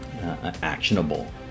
actionable